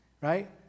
right